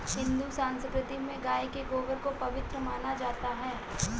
हिंदू संस्कृति में गाय के गोबर को पवित्र माना जाता है